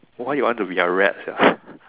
why you want to be a rat sia